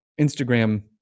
Instagram